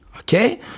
Okay